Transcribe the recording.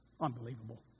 Unbelievable